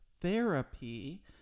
therapy